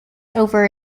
over